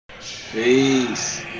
Peace